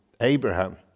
Abraham